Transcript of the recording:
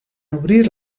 obrir